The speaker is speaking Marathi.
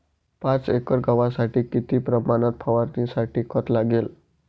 पाच एकर गव्हासाठी किती प्रमाणात फवारणीसाठी खत लागेल?